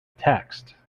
text